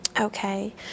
Okay